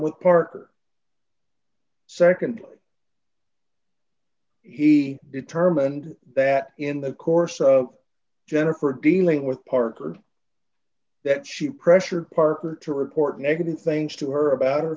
with parker secondly he determined that in the course of jennifer dealing with parker that she pressured parker to report negative things to her about her